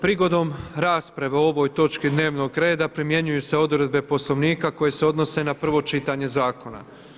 Prigodom rasprave o ovoj točki dnevnog reda primjenjuju se odredbe Poslovnika koje se odnose na prvo čitanje Zakona.